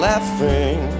Laughing